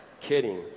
Kidding